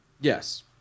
Yes